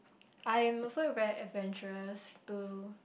I am also very adventurous too